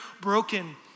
broken